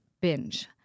binge